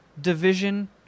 division